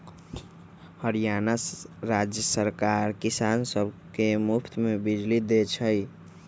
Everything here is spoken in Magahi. हरियाणा राज्य सरकार किसान सब के मुफ्त में बिजली देई छई